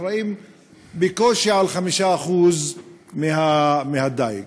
אחראים בקושי ל-5% מהדיג.